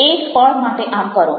એક પળ માટે આમ કરો